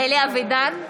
לא אמרתי בעד.